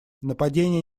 нападения